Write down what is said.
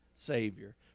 Savior